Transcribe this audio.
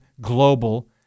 global